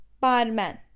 barman